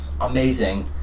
amazing